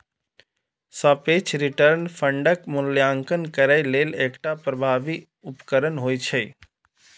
सापेक्ष रिटर्न फंडक मूल्यांकन करै लेल एकटा प्रभावी उपकरण होइ छै